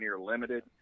Limited